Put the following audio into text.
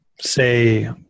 say